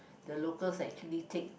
the locals actually take